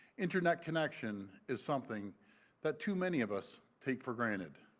internet connection is something that to many of us take for granted.